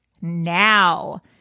Now